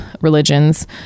religions